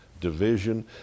division